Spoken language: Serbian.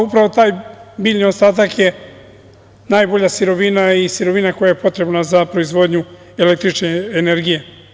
Upravo taj biljni ostatak je najbolja sirovina i sirovina koja je potrebna za proizvodnju električne energije.